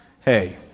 Hey